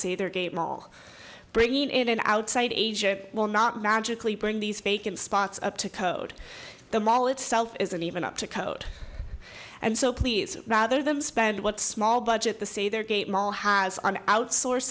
either game all bringing in an outside agent will not magically bring these bacon spots up the code the mall itself isn't even up to code and so please rather than spend what small budget the say there gate mall has on outsource